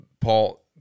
Paul